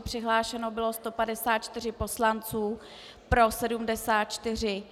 Přihlášeno bylo 154 poslanců, pro 74.